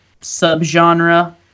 subgenre